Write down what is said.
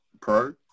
Pro